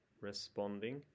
responding